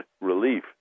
relief